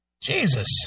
Jesus